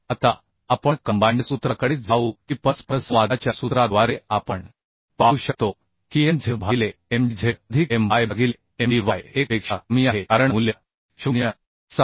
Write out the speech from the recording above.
आता आपण कंबाइंड सूत्राकडे जाऊ की परस्परसंवादाच्या सूत्राद्वारे आपण पाहू शकतो की mz भागिले mdz अधिक my भागिले mdy हे 1 पेक्षा कमी आहे कारण मूल्य 0